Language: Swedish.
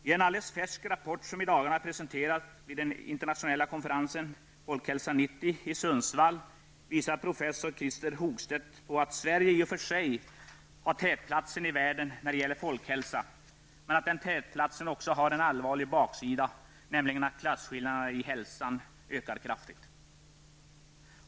I en alldeles färsk rapport som i dagarna presenterats vid den internationella konferensen, ''Folkhälsa 90'', i Sundsvall visar professor Christer Hogstedt på att Sverige i och för sig har tätplatsen i världen när det gäller folkhälsa, men att den tätplatsen också har en allvarlig baksida, nämligen att klasskillnaderna i hälsa ökar kraftigt.